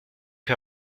que